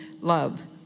love